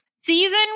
Season